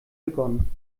begonnen